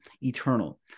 eternal